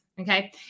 okay